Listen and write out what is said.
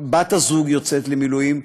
בת-הזוג יוצאת למילואים,